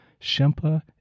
Shempa